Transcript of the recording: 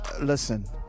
listen